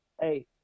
hey